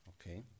Okay